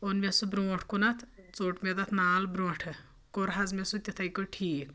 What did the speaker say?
اوٚن مےٚ سُہ برونٛٹھ کُنَتھ ژوٚٹ مےٚ تَتھ نال برونٛٹھٕ کوٚر حظ مےٚ سُہ تِتھَے کٔٹھۍ ٹھیٖک